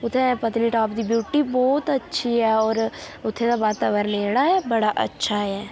उ'त्थें पत्नीटॉप दी ब्यूटी बहोत अच्छी ऐ होर उ'त्थें दा वातावरण जेह्ड़ा ऐ बड़ा अच्छा ऐ